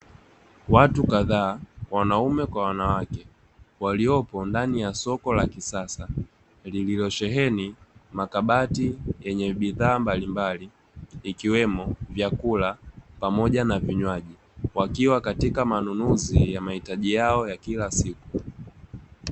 Watu kadhaa, wanaume Kwa wanawake walioko ndani ya soko la kisasa, lililosheheni makabati yenye bidhaa mbalimbali, ikiwemo vyakula pamoja na vichwaji, wakiwa katika manunuzi ya mahitaji yao yakila siku.